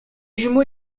jumeau